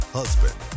husband